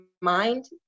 mind